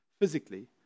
physically